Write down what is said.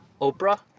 Oprah